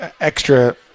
extra